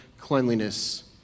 cleanliness